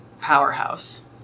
powerhouse